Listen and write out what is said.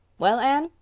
well, anne,